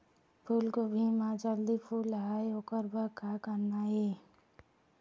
फूलगोभी म जल्दी फूल आय ओकर बर का करना ये?